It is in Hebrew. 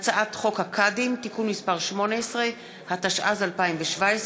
23 חברי כנסת בעד, אין מתנגדים, אין נמנעים.